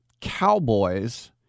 Cowboys